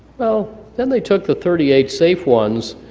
well, then they took the thirty eight safe ones,